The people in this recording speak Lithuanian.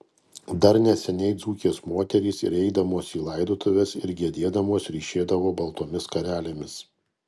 dar neseniai dzūkės moterys ir eidamos į laidotuves ir gedėdamos ryšėdavo baltomis skarelėmis